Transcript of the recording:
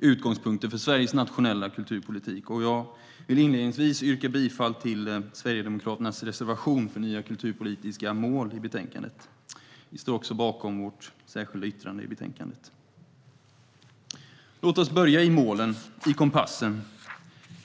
utgångspunkter för Sveriges nationella kulturpolitik. Jag vill inledningsvis yrka bifall till Sverigedemokraternas reservation för nya kulturpolitiska mål i betänkandet. Vi står också bakom vårt särskilda yttrande i betänkandet. Låt oss börja med målen, kompassen.